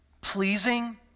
pleasing